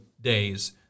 days